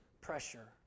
pressure